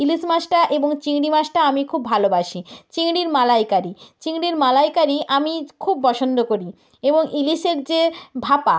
ইলিশ মাছটা এবং চিংড়ি মাছটা আমি খুব ভালোবাসি চিংড়ির মালাইকারি চিংড়ির মালাইকারি আমি খুব পছন্দ করি এবং ইলিশের যে ভাপা